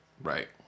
Right